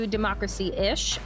Democracy-Ish